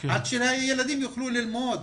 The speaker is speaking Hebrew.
כדי שהילדים ידעו ללמוד.